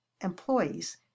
employees